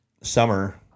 summer